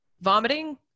vomiting